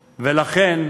ולכן,